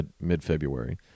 mid-February